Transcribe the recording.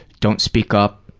don't speak up.